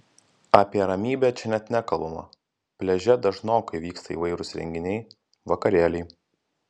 apie ramybę čia net nekalbama pliaže dažnokai vyksta įvairūs renginiai vakarėliai